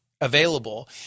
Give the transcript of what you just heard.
available